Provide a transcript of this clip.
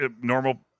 normal